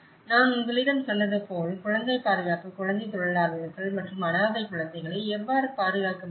நான் உங்களிடம் சொன்னது போல் குழந்தை பாதுகாப்பு குழந்தைத் தொழிலாளர்கள் மற்றும் அனாதைக் குழந்தைகளை எவ்வாறு பாதுகாக்க முடியும்